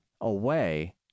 away